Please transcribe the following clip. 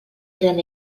eren